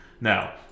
Now